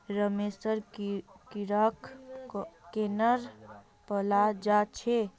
रेशमेर कीड़ाक केनना पलाल जा छेक